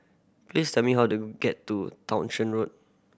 please tell me how to get to Townshend Road